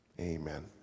amen